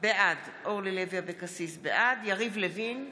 בעד יריב לוין,